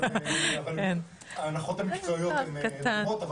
במקרה הזה אבל ההנחות המקצועיות מתאימות.